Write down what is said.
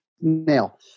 nail